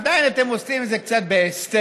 עדיין אתם עושים את זה קצת בהסתר,